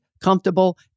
comfortable